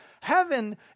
Heaven